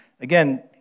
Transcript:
again